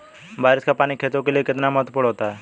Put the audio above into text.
बारिश का पानी खेतों के लिये कितना महत्वपूर्ण होता है?